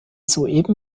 soeben